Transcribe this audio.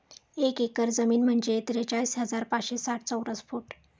एक एकर जमीन म्हणजे त्रेचाळीस हजार पाचशे साठ चौरस फूट